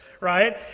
right